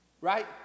Right